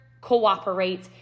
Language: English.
cooperate